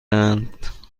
اند